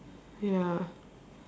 ya